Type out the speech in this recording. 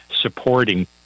supporting